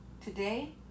today